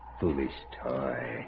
foolish toy